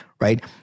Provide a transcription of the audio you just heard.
right